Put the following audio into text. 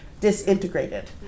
disintegrated